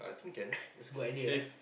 that's a good idea ah